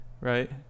right